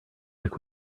like